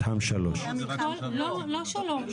מתחם 3. לא 3,